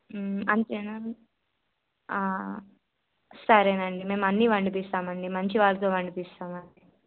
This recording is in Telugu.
అంతేనా సరేనండి మేమన్ని వండిస్తామండి మంచి వాళ్ళతో పండిస్తామండి